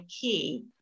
Key